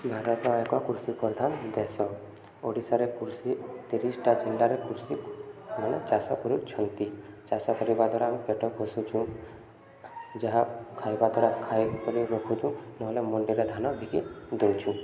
ଭାରତ ଏକ କୃଷି ପ୍ରଧାନ ଦେଶ ଓଡ଼ିଶାରେ କୃଷି ତିରିଶଟା ଜିଲ୍ଲାରେ କୃଷି ମାନେ ଚାଷ କରୁଛନ୍ତି ଚାଷ କରିବା ଦ୍ୱାରା ଆମେ ପେଟ ପୋଷୁଚୁଁ ଯାହା ଖାଇବା ଦ୍ୱାରା ଖାଇକରି ରଖୁଚୁଁ ନହେଲେ ମଣ୍ଡିରେ ଧାନ ବିକି ଦଉଚୁଁ